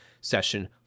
session